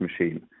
machine